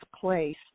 place